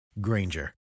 Granger